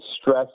stress